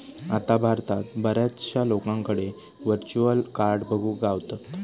आता भारतात बऱ्याचशा लोकांकडे व्हर्चुअल कार्ड बघुक गावतत